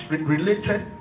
related